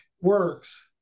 works